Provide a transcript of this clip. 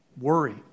worry